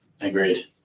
Agreed